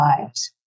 lives